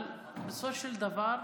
אבל בסופו של דבר,